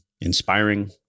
inspiring